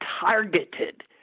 targeted